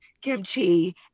kimchi